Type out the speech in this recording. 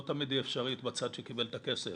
לא תמיד היא אפשרית בצד שקיבל את הכסף.